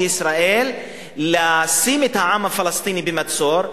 לישראל לשים את העם הפלסטיני במצור,